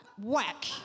Whack